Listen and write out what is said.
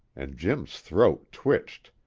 and jim's throat twitched.